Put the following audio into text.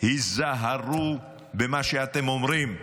היזהרו במה שאתם אומרים.